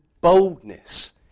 boldness